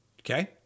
Okay